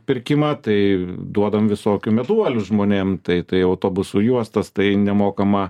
pirkimą tai duodam visokių meduolių žmonėm tai tai autobusų juostas tai nemokamą